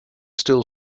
still